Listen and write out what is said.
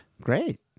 Great